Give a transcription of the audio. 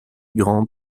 grant